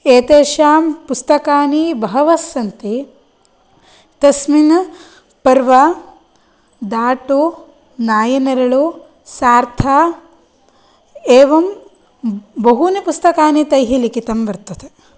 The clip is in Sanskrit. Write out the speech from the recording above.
एतेषां पुस्तकानि बहवः सन्ति तस्मिन् पर्व दाटु नायिनेरळु सार्थ एवं बहूनि पुस्तकानि तैः लिखितं वर्तते